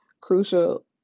Crucial